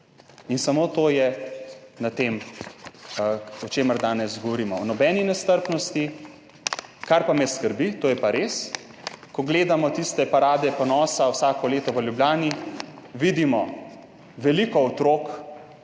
In samo to je to, o čemer danes govorimo, o nobeni nestrpnosti. Kar pa me skrbi, to je pa res, ko gledamo tiste parade ponosa vsako leto v Ljubljani, vidimo veliko otrok,